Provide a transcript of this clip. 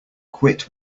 quit